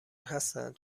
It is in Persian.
هستند